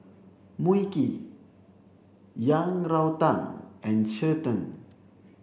Mui Kee Yang Rou Tang and Cheng Tng